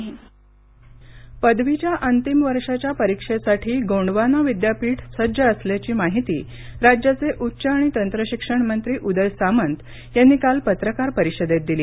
गोंडवाना सामंत गडचिरोली पदवीच्या अंतिम वर्षाच्या परिक्षेसाठी गोंडवाना विद्यापीठ सज्ज असल्याची माहिती राज्याचे उच्च आणि तंत्रशिक्षण मंत्री उदय सामंत यांनी काल पत्रकार परिषदेत दिली